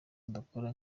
adakora